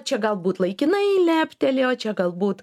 čia galbūt laikinai leptelėjo čia galbūt